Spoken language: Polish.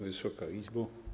Wysoka Izbo!